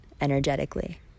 energetically